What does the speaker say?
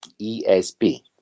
ESP